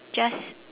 just